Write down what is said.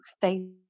face